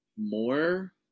more